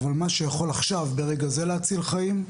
אבל מה שיכול עכשיו ברגע זה להציל חיים,